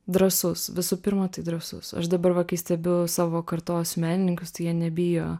drąsus visų pirma tai drąsus aš dabar va kai stebiu savo kartos menininkus tai jie nebijo